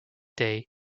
day